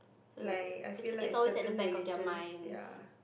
like I feel like certain religions ya